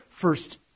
first